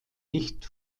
nicht